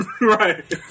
Right